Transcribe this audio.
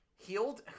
Healed